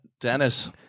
Dennis